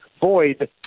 void